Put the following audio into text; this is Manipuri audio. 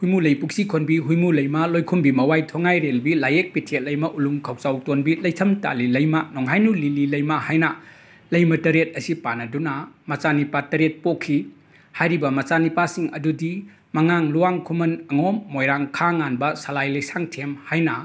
ꯍꯨꯏꯃꯨꯂꯩ ꯄꯨꯛꯁꯤ ꯈꯣꯟꯕꯤ ꯍꯨꯏꯃꯨ ꯂꯩꯃ ꯂꯣꯏꯈꯨꯝꯕꯤ ꯃꯋꯥꯏ ꯊꯣꯉꯥꯏꯔꯦꯜꯕꯤ ꯂꯥꯌꯦꯛ ꯄꯤꯊꯦꯜ ꯂꯩꯃ ꯎꯂꯨꯡ ꯈꯧꯆꯥꯎ ꯇꯣꯟꯕꯤ ꯂꯩꯊꯝ ꯇꯥꯂꯤ ꯂꯩꯃ ꯅꯣꯡꯍꯥꯏꯅꯨ ꯂꯤꯂꯤ ꯂꯩꯃ ꯍꯥꯏꯅ ꯂꯩꯃ ꯇꯔꯦꯠ ꯑꯁꯤ ꯄꯥꯟꯅꯗꯨꯅ ꯃꯆꯥꯅꯤꯄꯥ ꯇꯔꯦꯠ ꯄꯣꯛꯈꯤ ꯍꯥꯏꯔꯤꯕ ꯃꯆꯥꯅꯤꯄꯥꯁꯤꯡ ꯑꯗꯨꯗꯤ ꯃꯉꯥꯡ ꯂꯨꯋꯥꯡ ꯈꯨꯃꯟ ꯑꯉꯣꯝ ꯃꯣꯏꯔꯥꯡ ꯈꯥꯉꯥꯟꯕ ꯁꯂꯥꯏ ꯂꯩꯁꯥꯡꯊꯦꯝ ꯍꯥꯏꯅ